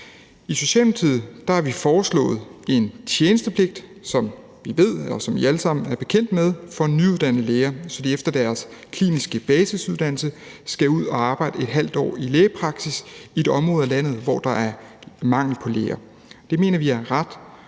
I Socialdemokratiet har vi foreslået en tjenestepligt, som I alle sammen er bekendt med, for nyuddannede læger, så de efter deres kliniske basisuddannelse skal ud at arbejde et halvt år i en lægepraksis i et område af landet, hvor der er mangel på læger. Det mener vi er ret